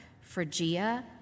Phrygia